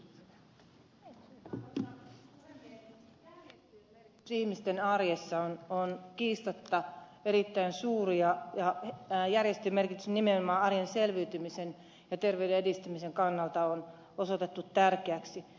järjestöjen merkitys ihmisten arjessa on kiistatta erittäin suuri ja järjestöjen merkitys nimenomaan arjen selviytymisen ja terveyden edistämisen kannalta on osoitettu tärkeäksi